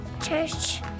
Church